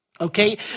Okay